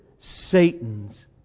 Satan's